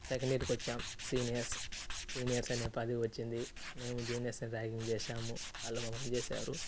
second ఇయర్కు వచ్చాం seniors seniors అనే పదవి వచ్చింది మేము జూనియర్స్ని ర్యాగింగ్ చేసాము వాళ్ళు మమ్మల్ని చేసారు